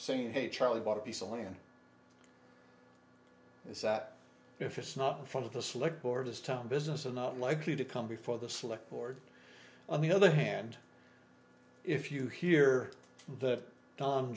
saying hey charlie bought a piece of land is that if it's not for the slick borders town business and not likely to come before the select board on the other hand if you hear that